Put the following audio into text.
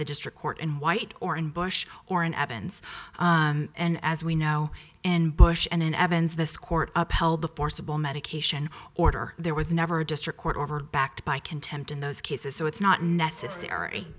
the district court in white or in bush or in avon's and as we now in bush and in evans this court upheld the forcible medication order there was never a district court over backed by contempt in those cases so it's not necessary